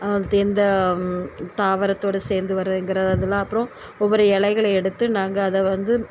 எந்த தாவரத்தோட சேர்ந்து வரங்குற இதலாம் அப்பறம் ஒவ்வொரு இலைகள எடுத்து நாங்கள் அதை வந்து